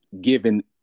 given